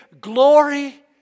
glory